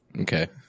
Okay